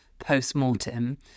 post-mortem